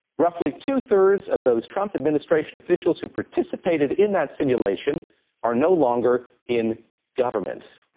roughly two-thirds of those trump administration officials who participated in that simulation are no longer in government.